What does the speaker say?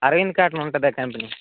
Arvind cotton ఉంటుందా company